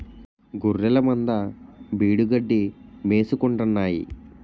గొఱ్ఱెలమంద బీడుగడ్డి మేసుకుంటాన్నాయి